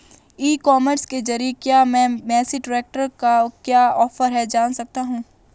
ई commerce के ज़रिए क्या मैं मेसी ट्रैक्टर का क्या ऑफर है जान सकता हूँ?